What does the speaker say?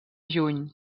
juny